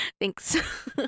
thanks